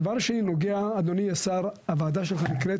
דבר שני נוגע, אדוני השר, הוועדה שלך נקראת